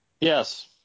Yes